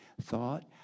thought